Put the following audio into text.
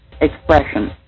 expression